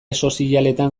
sozialetan